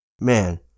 man